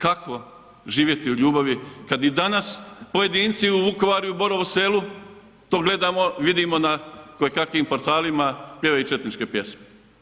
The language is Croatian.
Kako živjeti u ljubavi kad i danas pojedinci u Vukovaru i u Borovu Selu, to gledamo, vidimo na koje kakvim portalima pjevaju četničke pjesme.